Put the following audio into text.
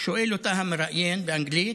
שואל אותה המראיין באנגלית,